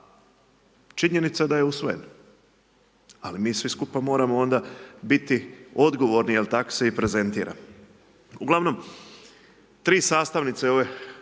činjenica da je usvojen. Ali mi svi skupa moramo onda biti odgovorni jer tako se i prezentiramo. Uglavnom, tri sastavnice ove